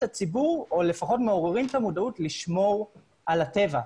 הציבור או לפחות מעוררים את המודעות לשמור על הטבע.